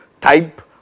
type